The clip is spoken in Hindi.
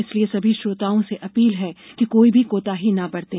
इसलिए सभी श्रोताओं से अपील है कि कोई भी कोताही न बरतें